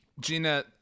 Gina